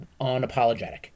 unapologetic